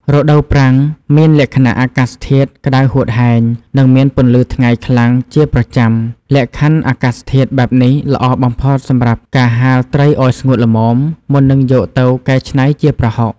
រដូវប្រាំងមានលក្ខណៈអាកាសធាតុក្តៅហួតហែង និងមានពន្លឺថ្ងៃខ្លាំងជាប្រចាំថ្ងៃ លក្ខខណ្ឌអាកាសធាតុបែបនេះល្អបំផុតសម្រាប់ការហាលត្រីឱ្យស្ងួតល្មម មុននឹងយកទៅកែច្នៃជាប្រហុក។